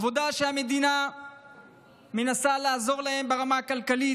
עבודה שהמדינה מנסה לעזור להן בה ברמה הכלכלית,